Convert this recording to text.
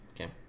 Okay